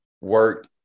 work